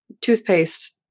toothpaste